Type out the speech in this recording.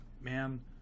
man